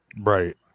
right